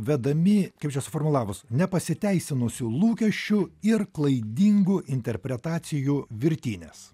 vedami kaip čia suformulavus nepasiteisinusių lūkesčių ir klaidingų interpretacijų virtinės